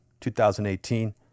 2018